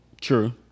True